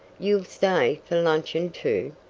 you'll stay for luncheon, too.